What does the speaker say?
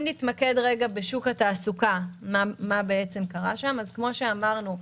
אם נתמקד בשוק התעסוקה, מה שקרה שם כפי שאמרנו,